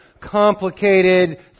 complicated